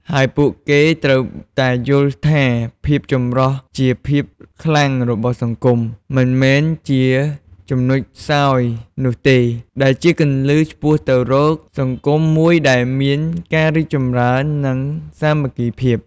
ហើយពួកគេត្រូវតែយល់ថា ភាពចម្រុះជាភាពខ្លាំងរបស់សង្គម មិនមែនជាចំណុចខ្សោយនោះទេ ដែលជាគន្លឹះឆ្ពោះទៅរកសង្គមមួយដែលមានការរីកចម្រើន និងសាមគ្គីភាព។